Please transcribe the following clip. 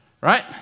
right